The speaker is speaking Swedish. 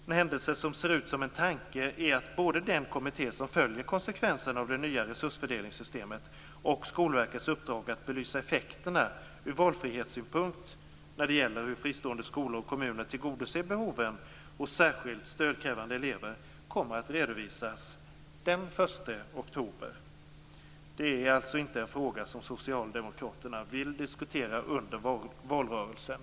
En händelse som ser ut som en tanke är att både den kommitté som följer konsekvenserna av det nya resursfördelningssystemet och Skolverkets uppdrag att belysa effekterna ur valfrihetssynpunkt när det gäller hur fristående skolor och kommuner tillgodoser behoven hos särskilt stödkrävande elever kommer att redovisas den 1 oktober. Det är inte en fråga som Socialdemokraterna vill diskutera under valrörelsen.